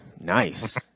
nice